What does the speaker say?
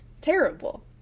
Terrible